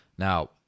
Now